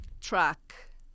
Track